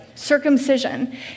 circumcision